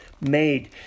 made